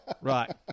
Right